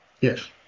Yes